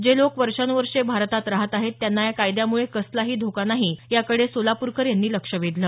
जे लोक वर्षान्वर्षे भारतात राहत आहेत त्यांना या कायद्यामुळे कसलाही धोका नाही याकडे सोलापूरकर यांनी लक्ष वेधलं